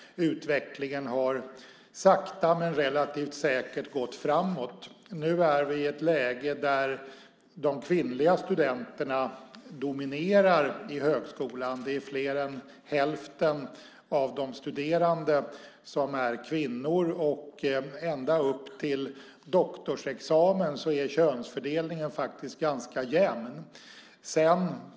Utvecklingen har sakta men relativt säkert gått framåt. Nu är vi i ett läge där de kvinnliga studenterna dominerar i högskolan. Det är mer än hälften av de studerande som är kvinnor. Ända upp till doktorsexamen är könsfördelningen ganska jämn. Sedan ökar ojämställdheten kraftigt.